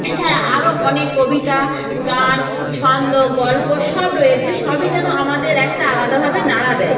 এছাড়া আরো অনেক কবিতা গান ছন্দ গল্প সব রয়েছে সবই যেন আমাদের একটা আলাদাভাবে নাড়া দেয়